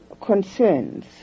concerns